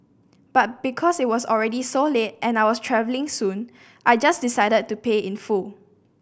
but because it was already so late and I was travelling soon I just decided to pay in full